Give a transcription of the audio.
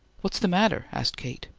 what's the matter? asked kate.